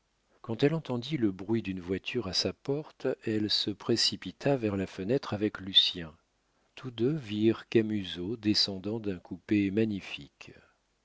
quand elle entendit le bruit d'une voiture à sa porte elle se précipita vers la fenêtre avec lucien tous deux virent camusot descendant d'un coupé magnifique